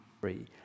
free